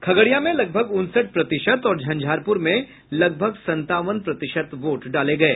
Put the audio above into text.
खगड़िया में लगभग उनसठ प्रतिशत और झंझारपुर में लगभग संतावन प्रतिशत वोट डाले गये